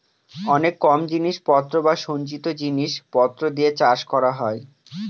অনেক কম জিনিস পত্র বা সঞ্চিত জিনিস পত্র দিয়ে চাষ করা হয়